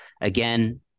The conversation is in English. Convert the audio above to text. again